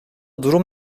durum